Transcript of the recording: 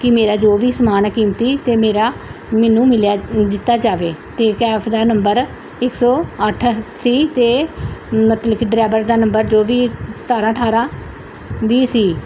ਕਿ ਮੇਰਾ ਜੋ ਵੀ ਸਮਾਨ ਕੀਮਤੀ ਅਤੇ ਮੇਰਾ ਮੈਨੂੰ ਮਿਲਿਆ ਦਿੱਤਾ ਜਾਵੇ ਅਤੇ ਕੈਫ ਦਾ ਨੰਬਰ ਇੱਕ ਸੌ ਅੱਠ ਸੀ ਅਤੇ ਮਤਲਬ ਕਿ ਡਰਾਈਵਰ ਦਾ ਨੰਬਰ ਜੋ ਵੀ ਸਤਾਰਾਂ ਅਠਾਰਾਂ ਵੀਹ ਸੀ